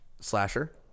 slasher